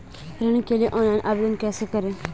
ऋण के लिए ऑनलाइन आवेदन कैसे करें?